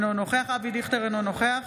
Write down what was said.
אינו נוכח אבי דיכטר, אינו נוכח